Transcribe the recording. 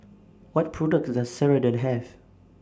What products Does Ceradan Have